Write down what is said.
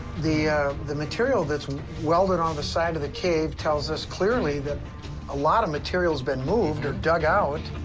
the the material that's welded on the side of the cave tells us clearly that a lot of material's been moved or dug out.